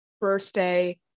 birthday